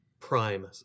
Prime